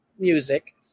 music